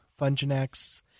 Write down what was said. Funginex